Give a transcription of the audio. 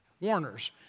Warners